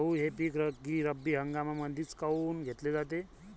गहू हे पिक रब्बी हंगामामंदीच काऊन घेतले जाते?